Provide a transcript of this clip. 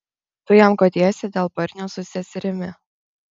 tu jam guodiesi dėl barnio su seserimi